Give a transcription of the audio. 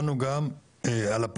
אני אומר לכם עוד נקודה,